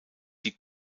die